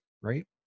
Right